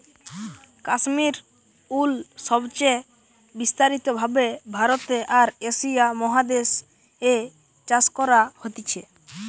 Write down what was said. কাশ্মীর উল সবচে বিস্তারিত ভাবে ভারতে আর এশিয়া মহাদেশ এ চাষ করা হতিছে